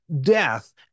death